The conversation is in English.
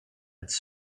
its